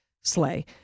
Slay